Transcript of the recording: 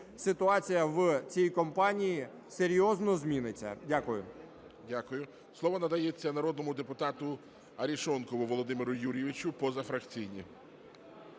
ситуація в цій компанії серйозно зміниться. Дякую. ГОЛОВУЮЧИЙ. Дякую. Слово надається народному депутату Арешонкову Володимиру Юрійовичу, позафракційні.